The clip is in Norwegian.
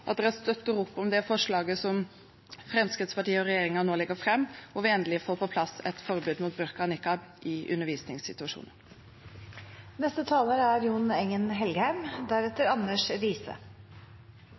at de støtter opp om det forslaget som Fremskrittspartiet og regjeringen nå legger fram, der vi endelig får på plass et forbud mot burka og nikab i undervisningssituasjoner.